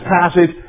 passage